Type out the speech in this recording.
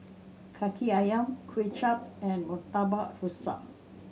Kaki Ayam Kuay Chap and Murtabak Rusa